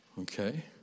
Okay